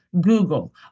Google